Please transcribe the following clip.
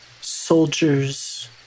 soldiers